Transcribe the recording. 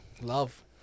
Love